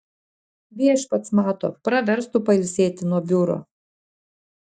viešpats mato praverstų pailsėti nuo biuro